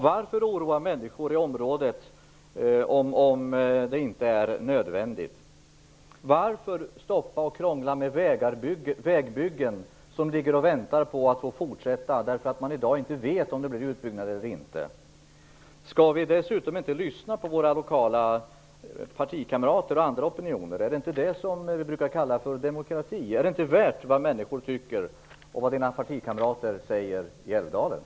Varför oroa människor i området om det inte är nödvändigt? Varför krångla med vägbyggen som ligger och väntar på att få fortsätta därför att man i dag inte vet om det blir utbyggnad eller inte? Skall vi inte dessutom lyssna på våra lokala partikamrater och andra opinioner? Är det inte det som vi brukar kalla demokrati? Är det inte värt någonting vad människor tycker och vad Bengt-Ola Ryttars partikamrater på orten säger?